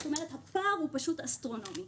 הפער הוא פשוט אסטרונומי.